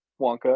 Wonka